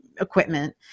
equipment